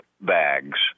bags